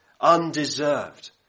Undeserved